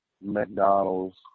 McDonald's